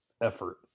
effort